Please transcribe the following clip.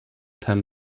them